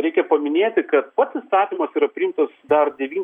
reikia paminėti kad pats įstatymas yra priimtas dar devyn